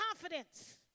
confidence